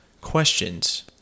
Questions